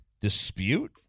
dispute